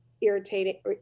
irritating